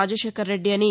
రాజశేఖర్ రెడ్డి అని